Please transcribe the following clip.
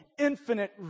infinite